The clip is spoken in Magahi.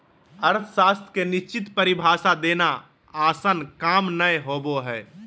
अर्थशास्त्र के निश्चित परिभाषा देना आसन काम नय होबो हइ